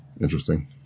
interesting